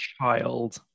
child